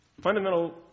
fundamental